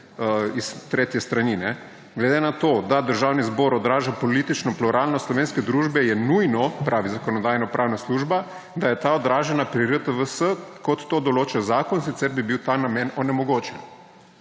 iz tretje strani. »Glede na to, da Državni zbor odraža politično pluralnost slovenske družbe, je nujno…« - pravi Zakonodajno-pravna služba, - »…da je ta odražena pri RTVS, kot to določa zakon, sicer bi bil ta namen onemogočen.«